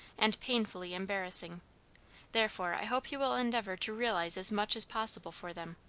and painfully embarrassing therefore i hope you will endeavor to realize as much as possible for them.